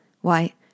why